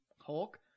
hulk